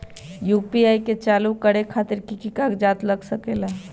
UPI के चालु करे खातीर कि की कागज़ात लग सकेला?